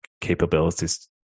capabilities